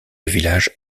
village